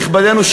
נכבדנו,